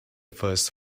first